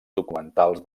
documentals